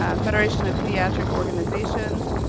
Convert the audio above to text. ah federation of pediatric organizations,